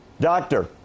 Doctor